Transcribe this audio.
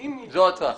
תודה.